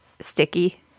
sticky